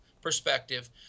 Perspective